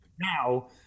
Now